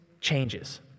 changes—